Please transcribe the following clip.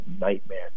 nightmare